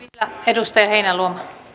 vielä edustaja heinäluoma